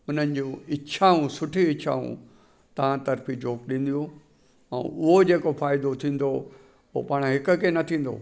उन्हनि जूं इच्छाऊं सुठी इच्छाऊं तव्हां तर्फ़ जो ॾिनियूं ऐं उहो जेको फाइदो थींदो उहो पाण हिक खे न थींदो